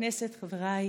חברי הכנסת, חבריי,